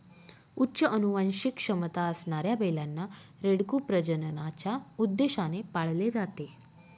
उच्च अनुवांशिक क्षमता असणाऱ्या बैलांना, रेडकू प्रजननाच्या उद्देशाने पाळले जाते